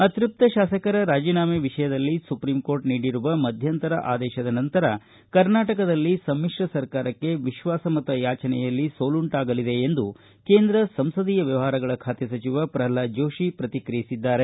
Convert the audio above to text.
ಅತ್ಯಪ್ತ ಶಾಸಕರ ರಾಜೀನಾಮೆ ವಿಷಯದಲ್ಲಿ ಸುಪ್ರೀಂಕೋರ್ಟ್ ನೀಡಿರುವ ಮಧ್ಯಂತರ ಆದೇಶದ ನಂತರ ಕರ್ನಾಟಕದಲ್ಲಿ ಸಮ್ಮಿತ್ರ ಸರ್ಕಾರಕ್ಕೆ ವಿಶ್ವಾಸಮತ ಯಾಜನೆಯಲ್ಲಿ ಸೋಲುಂಟಾಗಲಿದೆ ಎಂದು ಕೇಂದ್ರ ಸಂಸದೀಯ ವ್ಯವಹಾರಗಳ ಖಾತೆ ಸಚಿವ ಪ್ರಲ್ವಾದ ಜೋಶಿ ಪ್ರತಿಕಿಯಿಸಿದ್ದಾರೆ